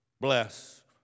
bless